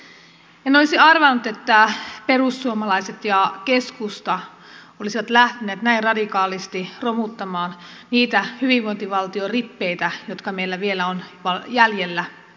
en olisi arvannut että perussuomalaiset ja keskusta olisivat lähteneet näin radikaalisti romuttamaan niitä hyvinvointivaltion rippeitä jotka meillä vielä ovat jäljellä